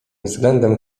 względem